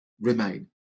remain